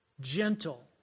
gentle